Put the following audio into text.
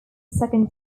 second